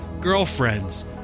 girlfriends